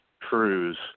Cruise